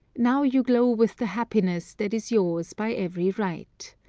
now you glow with the happiness that is yours by every right.